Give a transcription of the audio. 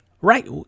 Right